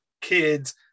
kids